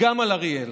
גם על אריאל